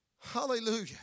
hallelujah